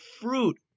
fruit